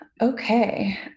Okay